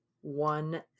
one